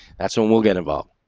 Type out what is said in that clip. that's when we'll get about